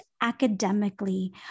academically